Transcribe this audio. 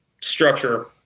structure